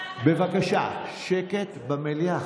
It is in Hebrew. בבקשה, שקט במליאה.